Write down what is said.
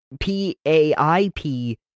PAIP